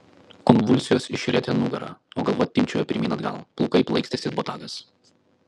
konvulsijos išrietė nugarą o galva timpčiojo pirmyn atgal plaukai plaikstėsi it botagas